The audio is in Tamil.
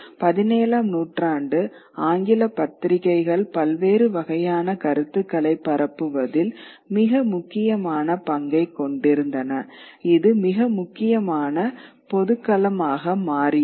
17 ஆம் நூற்றாண்டு ஆங்கில பத்திரிகைகள் பல்வேறு வகையான கருத்துக்களைப் பரப்புவதில் மிக முக்கியமான பங்கைக் கொண்டிருந்தன இது மிக முக்கியமான பொதுக்களமாக மாறியது